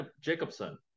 Jacobson